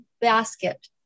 basket